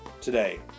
today